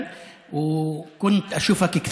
התרגלנו לחריצותך,